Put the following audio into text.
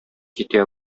китә